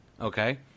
Okay